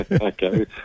Okay